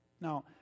Now